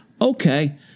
okay